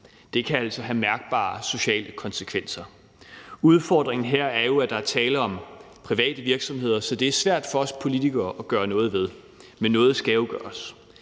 Det kan altså have mærkbare sociale konsekvenser. Udfordringen her er, at der er tale om private virksomheder, så det er svært for os politikere at gøre noget ved det, men noget skal jo gøres.